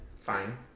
Fine